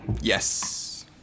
yes